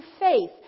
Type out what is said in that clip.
faith